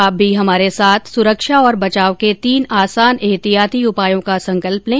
आप भी हमारे साथ सुरक्षा और बचाव के तीन आसान एहतियाती उपायों का संकल्प लें